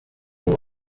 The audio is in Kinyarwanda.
umwe